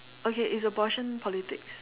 okay is abortion politics